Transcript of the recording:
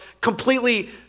completely